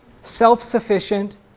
self-sufficient